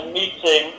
meeting